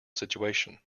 situation